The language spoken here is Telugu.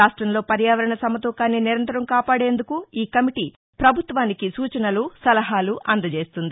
రాష్టంలో పర్యావరణ సమతూకాన్ని నిరంతరం కాపాదేందుకు ఈ కమిటీ ప్రభుత్వానికి సూచనలు సలహాలు అందజేస్తుంది